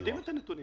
יודעים את הנתונים.